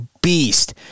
beast